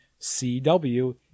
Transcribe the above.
CW